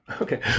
Okay